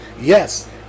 Yes